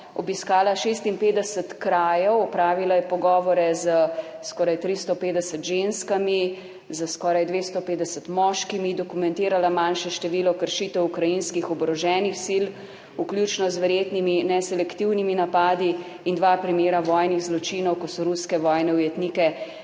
obiskala 56 krajev, opravila je pogovore s skoraj 350 ženskami, s skoraj 250 moškimi, dokumentirala manjše število kršitev ukrajinskih oboroženih sil, vključno z verjetnimi neselektivnimi napadi, in dva primera vojnih zločinov, ko so ruske vojne ujetnike